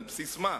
על בסיס מה.